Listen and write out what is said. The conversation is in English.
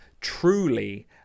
truly